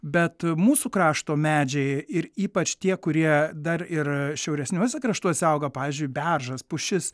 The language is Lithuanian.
bet mūsų krašto medžiai ir ypač tie kurie dar ir šiauresniuos kraštuose auga pavyzdžiui beržas pušis